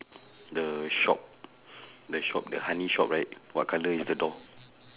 the shop the shop the honey shop right what colour is the door